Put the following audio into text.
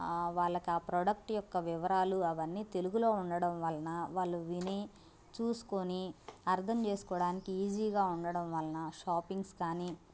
వాళ్ళకి ఆ ప్రొడక్ట్ యొక్క వివరాలు అవి అన్నీ తెలుగులో ఉండడం వలన వాళ్ళు విని చూసుకుని అర్థం చేసుకోవడానికి ఈజీగా ఉండడం వలన షాపింగ్స్ కానీ